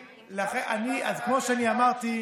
יש תוכניות לפינויים, אז כמו שאני אמרתי,